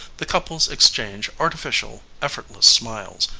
the couples exchange artificial, effortless smiles,